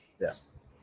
Yes